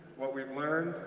what we've learned,